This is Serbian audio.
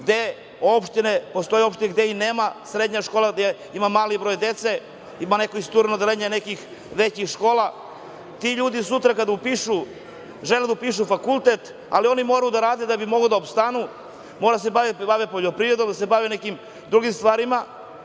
gde postoje opštine gde i nema srednja škola, gde ima mali broj dece. Ima neko istureno odeljenje nekih većih škola. Ti ljudi sutra kada žele da upišu fakultet moraju da rade da bi mogli da opstanu. Moraju da se bave poljoprivredom, da se bave nekim drugim stvarima